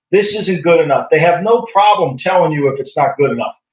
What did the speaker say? this isn't good enough. they have no problem telling you if it's not good enough.